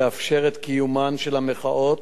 לאפשר את קיומן של המחאות,